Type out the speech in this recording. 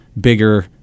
bigger